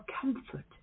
comfort